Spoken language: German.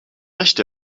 recht